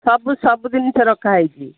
ସବୁ ସବୁ ଜିନିଷ ରଖାହୋଇଛି